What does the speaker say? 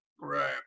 Right